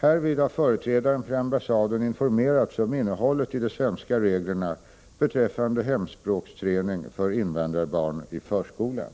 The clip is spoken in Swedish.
Härvid har företrädaren för ambassaden informerats om innehållet i de svenska reglerna beträffande hemspråksträning för invandrarbarn i förskolan.